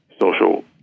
social